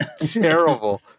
terrible